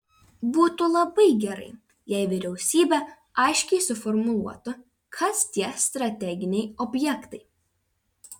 būtų labai gerai jei vyriausybė aiškiai suformuluotų kas tie strateginiai objektai